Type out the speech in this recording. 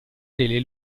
delle